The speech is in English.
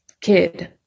kid